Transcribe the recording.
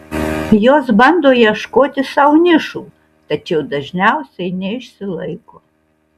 jos bando ieškoti sau nišų tačiau dažniausiai neišsilaiko